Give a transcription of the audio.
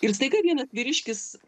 ir staiga vienas vyriškis